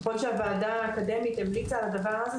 ככל שהוועדה האקדמית המליצה על הדבר הזה,